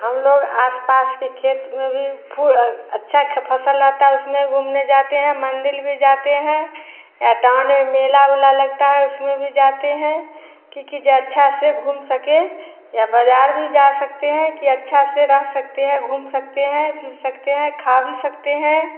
हम लोग आस पास की खेत में भी अच्छा फसल आता है उसमें घूमने जाते हैं मंदिर भी जाते हैं या टाउन में मेला उला लगता उसमें भी जाते हैं कि कि जो अच्छा से घूम सके या बाजार भी जा सकते हैं कि अच्छा से रह सकते हैं घूम सकते हैं फिर सकते हैं खा भी सकते हैं